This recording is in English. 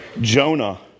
Jonah